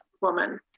Woman